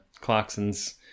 Clarkson's